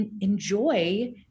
Enjoy